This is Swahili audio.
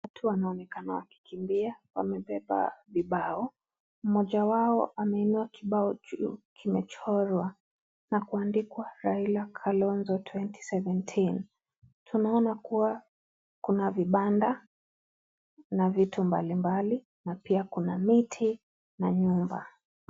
Watu wanaonekana wakikimbia, wamebeba vibao, mmoja wao ameinua kibao juu, kimechorwa na kuandikwa Raila Kalonzo 2017. Tunaona kuwa kuna vibanda na vitu mbalimbali, na pia kuna miti na nyumba.